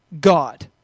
God